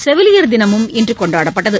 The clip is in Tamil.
செவிலியர் தினமும் இன்று கொண்டாடப்பட்டது